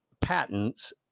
patents